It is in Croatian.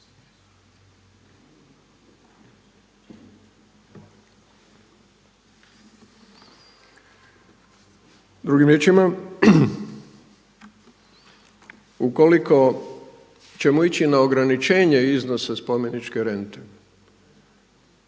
Drugim riječima, ukoliko ćemo ići na ograničenje iznosa spomeničke rente